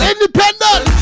Independent